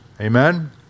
Amen